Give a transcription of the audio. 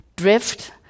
drift